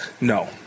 No